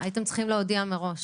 צריכים להודיע מראש.